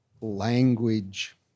language